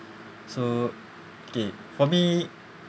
so okay for me